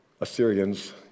Assyrians